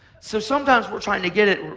so sometimes we're trying to get it,